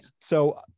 so-